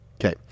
Okay